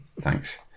Thanks